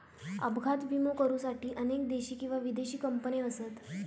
अपघात विमो करुसाठी अनेक देशी किंवा विदेशी कंपने असत